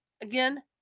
again